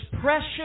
precious